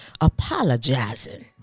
apologizing